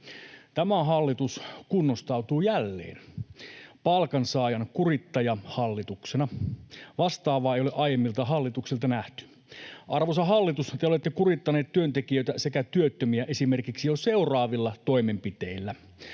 Tämä hallitus kunnostautuu jälleen palkansaajan kurittajahallituksena. Vastaavaa ei ole aiemmilta hallituksilta nähty. Arvoisa hallitus, te olette kurittaneet työntekijöitä sekä työttömiä esimerkiksi jo seuraavilla toimenpiteillä: